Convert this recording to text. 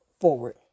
forward